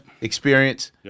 experience